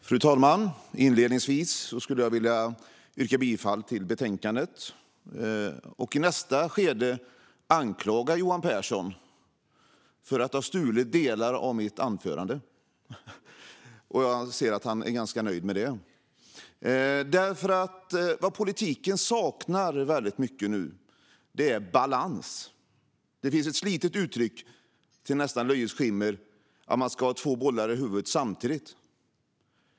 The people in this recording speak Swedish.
Fru talman! Inledningsvis vill jag yrka bifall till utskottets förslag i betänkandet. I nästa skede vill jag anklaga Johan Pehrson för att ha stulit delar av mitt anförande. Jag ser att han är ganska nöjd med det. Vad politiken för tillfället saknar mycket är balans. Det finns ett slitet uttryck - nästan med ett löjets skimmer över sig - som säger att man ska ha två bollar i huvudet samtidigt.